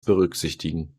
berücksichtigen